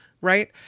right